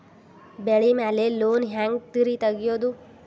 ಬೆಳಿ ಮ್ಯಾಲೆ ಲೋನ್ ಹ್ಯಾಂಗ್ ರಿ ತೆಗಿಯೋದ?